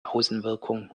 außenwirkung